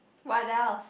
what else